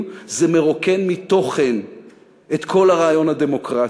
זה מרוקן מתוכן את כל הרעיון הדמוקרטי.